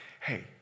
hey